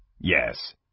Yes